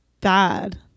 bad